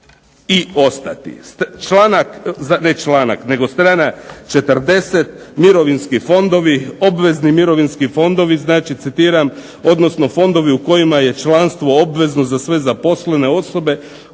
i ostati. Članak, ne članak, nego strana 40 mirovinski fondovi, obvezni mirovinski fondovi, znači citiram, odnosno fondovi u kojima je članstvo obvezno za sve zaposlene osobe,